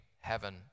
heaven